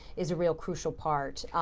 is a real crucial part.